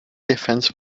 defence